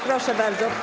Proszę bardzo.